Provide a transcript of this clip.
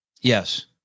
Yes